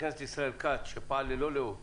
כץ, שפעל ללא ליאות